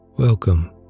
Welcome